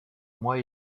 mois